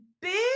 big